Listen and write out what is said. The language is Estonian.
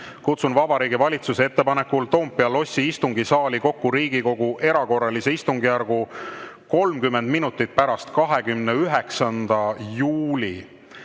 kutsun Vabariigi Valitsuse ettepanekul Toompea lossi istungisaali kokku Riigikogu erakorralise istungjärgu 30 minutit pärast 29. juulil